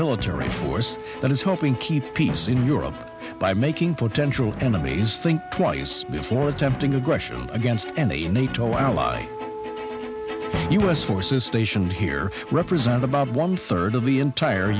military force that is helping keep peace in europe by making potential enemies think twice before attempting aggression against any nato ally u s forces stationed here represent about one third of the entire